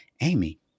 Amy